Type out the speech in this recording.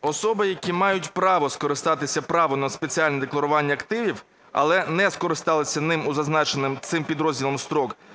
"Особи, які мають право скористатися правом на спеціальне декларування активів, але не скористалися ним у зазначений цим підрозділом строк,